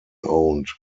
owned